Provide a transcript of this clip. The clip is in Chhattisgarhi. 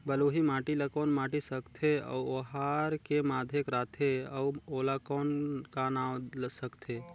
बलुही माटी ला कौन माटी सकथे अउ ओहार के माधेक राथे अउ ओला कौन का नाव सकथे?